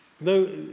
no